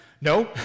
No